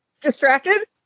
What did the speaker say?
Distracted